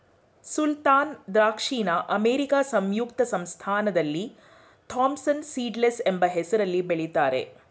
ಸುಲ್ತಾನ ದ್ರಾಕ್ಷಿನ ಅಮೇರಿಕಾ ಸಂಯುಕ್ತ ಸಂಸ್ಥಾನದಲ್ಲಿ ಥಾಂಪ್ಸನ್ ಸೀಡ್ಲೆಸ್ ಎಂಬ ಹೆಸ್ರಲ್ಲಿ ಬೆಳಿತಾರೆ